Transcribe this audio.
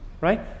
right